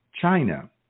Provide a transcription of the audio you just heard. China